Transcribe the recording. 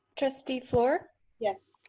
trustee fluor yes